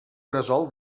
gresol